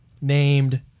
named